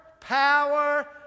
power